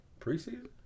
Preseason